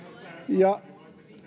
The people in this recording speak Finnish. ja